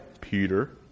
Peter